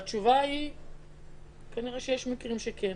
התשובה היא כנראה שיש מקרים שכן.